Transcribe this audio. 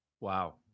Wow